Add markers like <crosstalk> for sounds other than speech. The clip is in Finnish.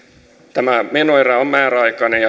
tämä menoerä on määräaikainen <unintelligible>